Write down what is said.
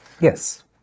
Yes